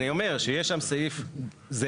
אני אומר, שיש שם סעיף זהה.